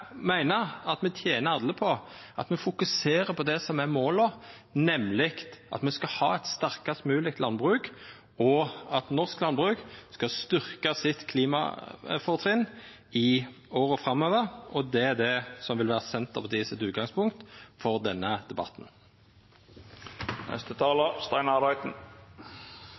at me alle tener på å fokusera på det som er målet, nemleg at me skal ha eit sterkast mogleg landbruk, og at norsk landbruk skal styrkja sitt klimafortrinn i åra framover. Det er det som vil vera Senterpartiets utgangspunkt for denne